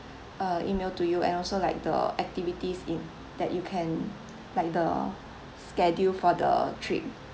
uh email to you and also like the activities in that you can like the schedule for the trip